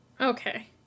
Okay